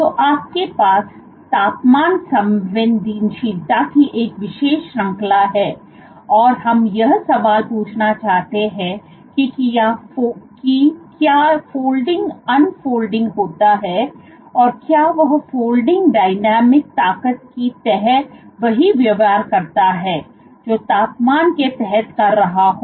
तो आपके पास तापमान संवेदनशीलता की एक विशेष श्रंखला है और हम यह सवाल पूछना चाहते हैं कि क्या फोल्डिंग अनफोल्ड होता है और क्या वह फोल्डिंग डायनेमिक ताकत की तह वही व्यवहार करता है जो तापमान के तहत कर रहा हो